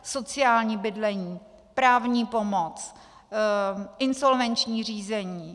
Sociální bydlení, právní pomoc, insolvenční řízení.